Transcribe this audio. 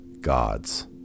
God's